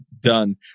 done